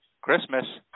christmas